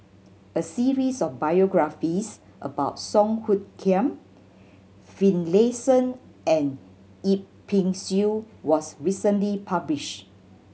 a series of biographies about Song Hoot Kiam Finlayson and Yip Pin Xiu was recently published